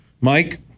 Mike